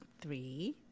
three